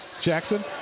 Jackson